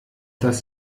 das